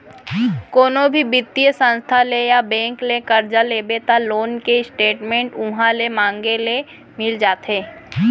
कोनो भी बित्तीय संस्था ले या बेंक ले करजा लेबे त लोन के स्टेट मेंट उहॉं ले मांगे ले मिल जाथे